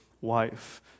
wife